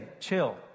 chill